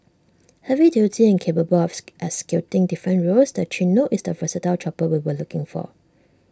heavy duty and capable of executing different roles the Chinook is the versatile chopper we were looking for